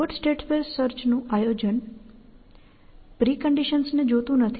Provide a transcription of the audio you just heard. backward state સ્પેસનું આયોજન preconditions ને જોતું નથી